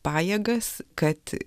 pajėgas kad